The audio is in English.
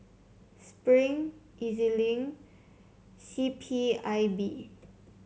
Spring E Z Link and C P I B